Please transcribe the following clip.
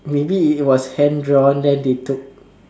maybe it was hand drawn then they took